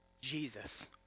Jesus